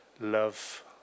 love